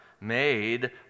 made